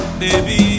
baby